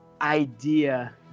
idea